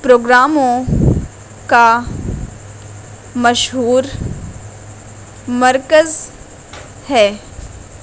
پروگراموں کا مشہور مرکز ہے